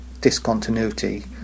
discontinuity